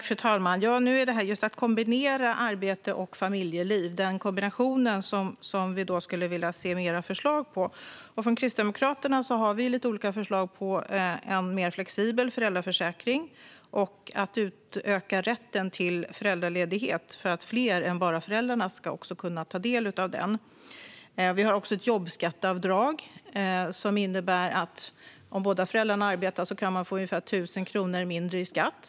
Fru talman! Vi skulle vilja se mer förslag när det gäller att kombinera arbete och familjeliv. Från Kristdemokraterna har vi lite olika förslag på en mer flexibel föräldraförsäkring och att utöka rätten till föräldraledighet för att fler än bara föräldrarna ska kunna ta del av den. Vi har också ett förslag om ett jobbskatteavdrag som innebär att om båda föräldrarna arbetar kan de få ungefär 1 000 kronor mindre i skatt.